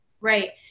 Right